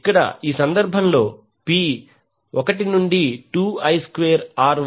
ఇక్కడ ఈ సందర్భంలో P 1 నుండి 2 I స్క్వేర్ R